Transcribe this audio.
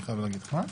אני חייב להגיד לך.